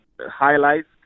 highlights